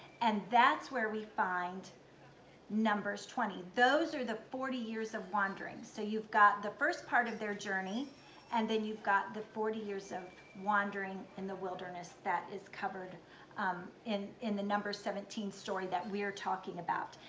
and that's where we find numbers twenty. those are the forty years of wandering. so you've got the first part of their journey and then you've got the forty years of wandering in the wilderness that is covered um in in the numbers seventeen story that we are talking about.